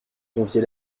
conviait